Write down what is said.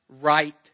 right